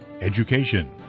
Education